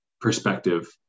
perspective